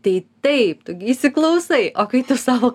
tai taip tu gi įsiklausai o kai tu savo